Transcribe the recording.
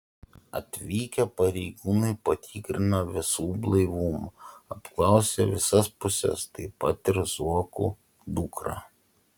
atvykę pareigūnai patikrino visų blaivumą apklausė visas puses taip pat ir zuokų dukrą